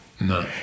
No